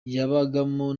yabagamo